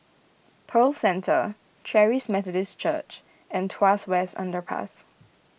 Pearl Centre Charis Methodist Church and Tuas West Underpass